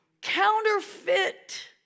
counterfeit